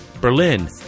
Berlin